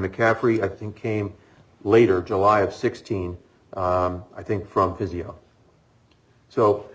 mccaffrey i think came later july of sixteen i think from physio so